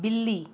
ਬਿੱਲੀ